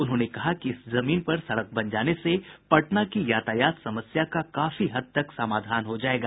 उन्होंने कहा कि इस जमीन पर सड़क बन जाने से पटना की यातायात समस्या का काफी हद तक समाधान हो जायेगा